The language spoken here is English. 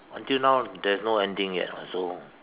until now there's no ending yet so